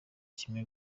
kimwe